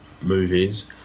movies